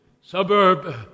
suburb